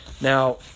Now